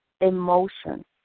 emotions